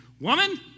woman